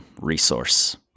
resource